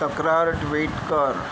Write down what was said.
तक्रार ट्विट कर